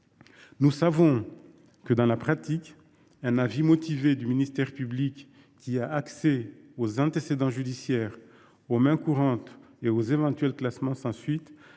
Nous savons que, dans la pratique, un avis motivé du ministère public, qui a accès aux antécédents judiciaires, aux mains courantes et aux éventuels classements sans suite,